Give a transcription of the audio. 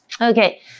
Okay